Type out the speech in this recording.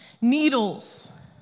needles